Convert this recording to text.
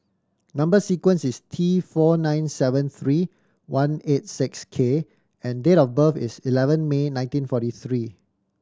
number sequence is T four nine seven three one eight six K and date of birth is eleven May nineteen forty three